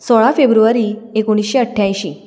सोळा फेब्रुवरी एकुणशे अठ्यांयशी